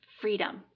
freedom